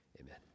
amen